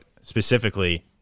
specifically